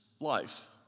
life